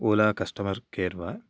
Ola customer care वा